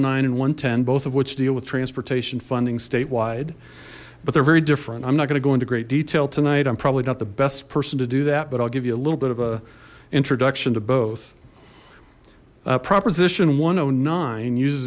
hundred and ten both of which deal with transportation funding statewide but they're very different i'm not going to go into great detail tonight i'm probably not the best person to do that but i'll give you a little bit of an introduction to both proposition one